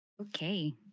Okay